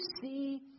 see